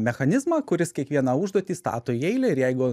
mechanizmą kuris kiekvieną užduotį stato į eilę ir jeigu